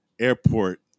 airport